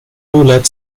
led